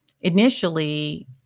initially